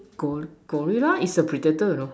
gor~ gorilla is a predator you know